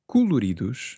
Coloridos